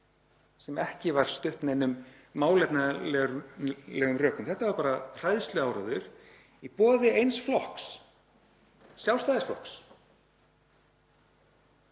sem ekki var studd neinum málefnalegum rökum. Þetta var bara hræðsluáróður í boði eins flokks, Sjálfstæðisflokks.